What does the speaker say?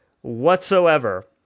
whatsoever